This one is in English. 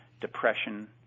depression